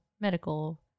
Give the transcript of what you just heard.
medical